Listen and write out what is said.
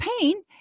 pain